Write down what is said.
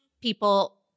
people